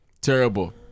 Terrible